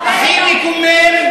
אבל הכי מקומם,